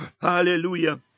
hallelujah